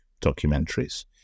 documentaries